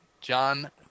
john